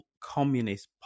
communist